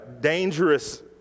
dangerous